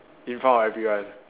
in front of everyone